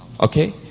Okay